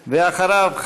ואחריו,